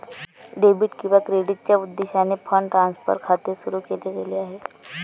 debit किंवा क्रेडिटच्या उद्देशाने फंड ट्रान्सफर खाते सुरू केले गेले आहे